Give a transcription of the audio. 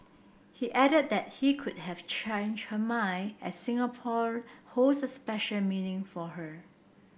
he added that he could have changed her mind as Singapore holds a special meaning for her